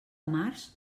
març